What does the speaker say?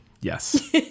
yes